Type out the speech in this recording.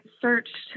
searched